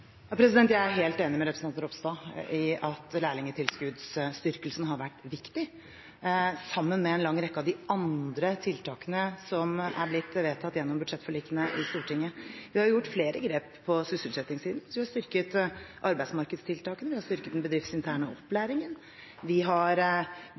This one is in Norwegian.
Jeg er helt enig med representanten Ropstad i at styrkingen av lærlingtilskuddet har vært viktig – sammen med en lang rekke av de andre tiltakene som er blitt vedtatt gjennom budsjettforlikene i Stortinget. Vi har tatt flere grep på sysselsettingssiden, vi har styrket arbeidsmarkedstiltakene, vi har styrket den bedriftsinterne